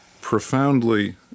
profoundly